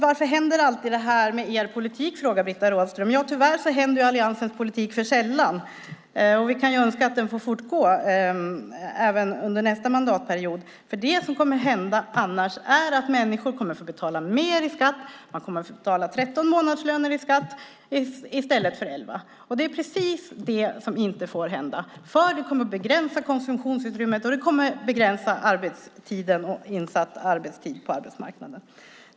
Varför händer alltid det här med er politik? frågar Britta Rådström. Tyvärr händer ju alliansens politik alltför sällan. Vi kan önska att den får fortgå även under nästa mandatperiod, för det som annars kommer att hända är att människor får betala mer i skatt. Man kommer att få betala tretton månadslöner i skatt i stället för elva. Det är precis det som inte får hända, för det kommer att begränsa konsumtionsutrymmet och tiden på arbetsmarknaden.